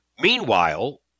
Meanwhile